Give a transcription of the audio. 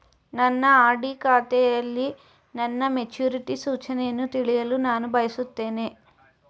ನನ್ನ ಆರ್.ಡಿ ಖಾತೆಯಲ್ಲಿ ನನ್ನ ಮೆಚುರಿಟಿ ಸೂಚನೆಯನ್ನು ತಿಳಿಯಲು ನಾನು ಬಯಸುತ್ತೇನೆ